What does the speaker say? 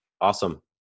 Awesome